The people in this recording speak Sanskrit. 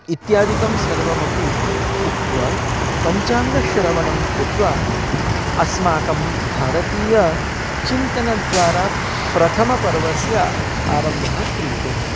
इत्यादिकं सर्वमपि उक्त्वा पञ्चाङ्गश्रवणं कृत्वा अस्माकं भारतीय चिन्तनद्वारा प्रथमपर्वस्य आरम्भः क्रियते